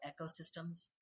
ecosystems